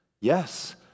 Yes